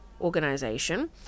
organization